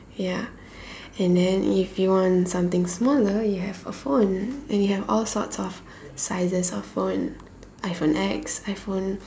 ya and then if you want something smaller you have a phone and you have all sorts of sizes of phone iPhone X iPhone